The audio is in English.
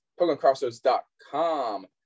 PokemonCrossroads.com